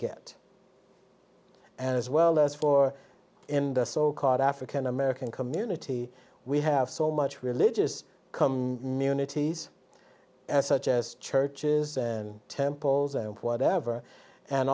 get as well as for in the so called african american community we have so much religious come noon it is such as churches and temples and whatever and